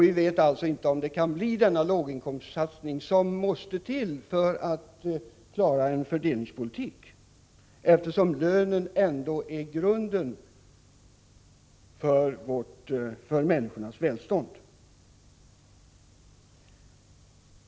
Vi vet alltså inte om det kan bli en satsning på låginkomsttagarna, som ju måste till för att vi skall klara fördelningspolitiken, eftersom lönen ändå är grunden för människornas välstånd.